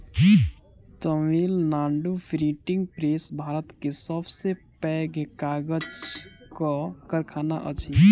Tamil Nadu printing press Bharat के सब से पैघ कागजक कारखाना अछि